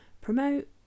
promote